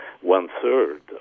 one-third